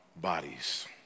bodies